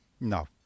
No